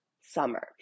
summer